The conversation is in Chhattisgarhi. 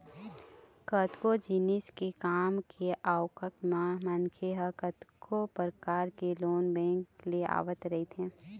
कतको जिनिस के काम के आवक म मनखे ह कतको परकार के लोन बेंक ले लेवत रहिथे